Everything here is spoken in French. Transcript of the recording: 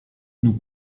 nous